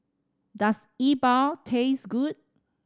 does E Bua taste good